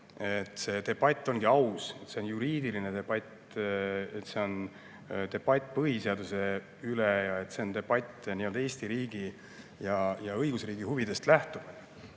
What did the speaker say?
et debatt on aus. See on juriidiline debatt, debatt põhiseaduse üle, see on debatt Eesti riigi ja õigusriigi huvidest lähtudes.